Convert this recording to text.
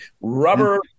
rubber